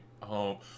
home